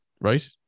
Right